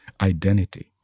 identity